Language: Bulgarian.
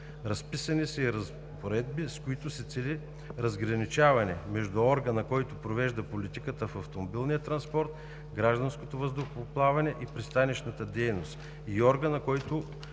Разписани са и разпоредби, с които се цели разграничаване между органа, който провежда политиката в автомобилния транспорт, гражданското въздухоплаване и пристанищната дейност, и органа, който